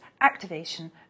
activation